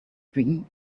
dream